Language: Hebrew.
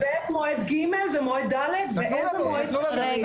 מועד ב', מועד ג' ומועד ד', ואיזה מועד שצריך.